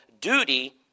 duty